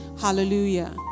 Hallelujah